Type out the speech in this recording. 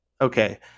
okay